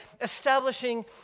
establishing